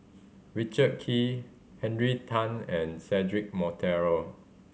Richard Kee Henry Tan and Cedric Monteiro